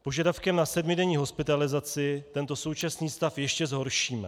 Požadavkem na sedmidenní hospitalizaci tento současný stav ještě zhoršíme.